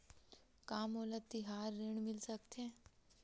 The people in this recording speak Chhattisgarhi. का मोला तिहार ऋण मिल सकथे?